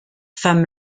femme